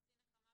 חצי נחמה,